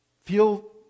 Feel